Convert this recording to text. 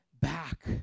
back